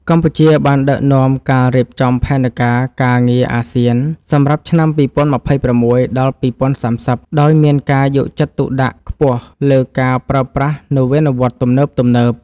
កម្ពុជាបានដឹកនាំការរៀបចំផែនការការងារអាស៊ានសម្រាប់ឆ្នាំ ២០២៦ ដល់ ២០៣០ ដោយមានការយកចិត្តទុកដាក់ខ្ពស់លើការប្រើប្រាស់នវានុវត្តន៍ទំនើបៗ។